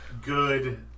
good